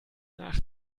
nach